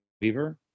Weaver